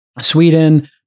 Sweden